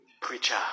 preacher